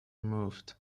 moved